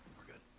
we're good.